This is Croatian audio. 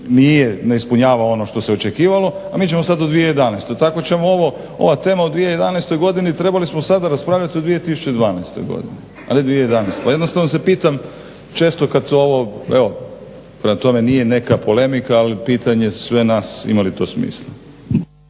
ne ispunjava ono što se očekivalo, a mi ćemo sad o 2011. Tako će ova tema o 2011. godini, trebali smo sada raspravljati o 2012. godini, a ne 2011. Pa jednostavno se pitam često kad ovo evo prema tome nije neka polemika, ali pitanje svih nas ima li to smisla.